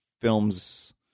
films